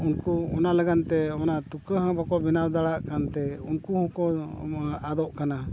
ᱩᱱᱠᱩ ᱚᱱᱟ ᱞᱟᱹᱜᱤᱫ ᱛᱮ ᱚᱱᱟ ᱛᱩᱠᱟᱹ ᱦᱚᱸ ᱵᱟᱠᱚ ᱵᱮᱱᱟᱣ ᱫᱟᱲᱮᱭᱟᱜ ᱠᱟᱱᱛᱮ ᱩᱱᱠᱩ ᱦᱚᱸᱠᱚ ᱟᱫᱚᱜ ᱠᱟᱱᱟ